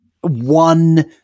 one